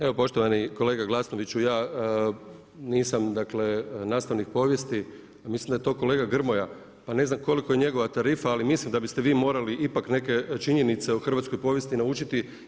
Evo poštovani kolega Glasnoviću ja nisam dakle nastavnik povijesti, mislim da je to kolega Grmoja, pa ne znam koliko je njegova tarifa, ali mislim da biste vi morali ipak neke činjenice o hrvatskoj povijesti naučiti.